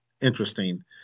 interesting